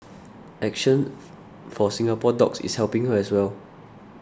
action for Singapore Dogs is helping her as well